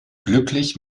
glücklich